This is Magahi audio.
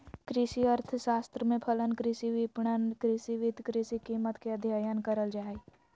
कृषि अर्थशास्त्र में फलन, कृषि विपणन, कृषि वित्त, कृषि कीमत के अधययन करल जा हइ